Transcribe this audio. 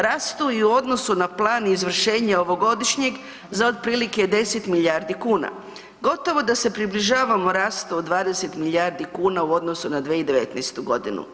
Rastu i u odnosu na plan izvršenja ovogodišnjeg za otprilike 10 milijardi kuna, gotovo da se približavamo rastu od 20 milijardi kuna u odnosu na 2019. godinu.